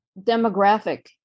demographic